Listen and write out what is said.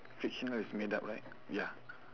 fictional is made up right ya